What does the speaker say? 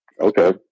Okay